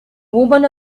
woman